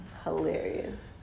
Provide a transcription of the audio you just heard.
hilarious